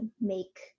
make